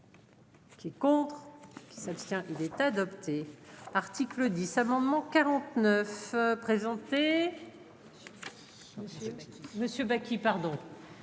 qui est contre. C'est le sien, il est adopté. Article 10, amendement 49 présenté. Monsieur Bakhit pardon.